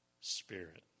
spirit